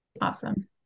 Awesome